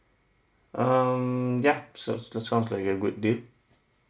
um ya so that sounds like a good deal